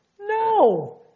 No